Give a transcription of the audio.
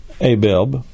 Abib